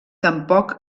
tampoc